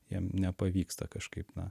jiem nepavyksta kažkaip na